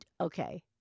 Okay